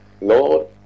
Lord